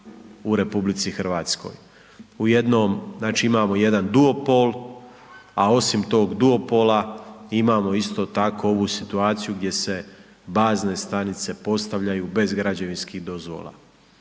u RH. U jednom, znači imamo jedan duopol a osim tog dopola imamo isto tako ovu situaciju, gdje se bazne stanice postavljaju bez građevinskih dozvola.